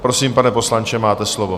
Prosím, pane poslanče, máte slovo.